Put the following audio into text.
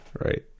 Right